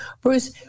Bruce